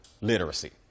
literacy